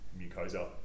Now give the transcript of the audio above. mucosa